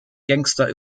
gangster